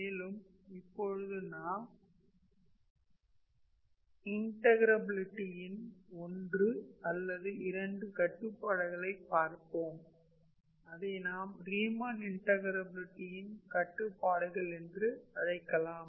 மேலும் இப்பொழுது நாம் இன்டகிரபிலிட்டியின் 1 அல்லது 2 கட்டுப்பாடுகளை பார்ப்போம் அதை நாம் ரீமன் இன்டகிரபிலிட்டியின் கட்டுப்பாடுகள் என்றும் அழைக்கலாம்